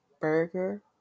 burger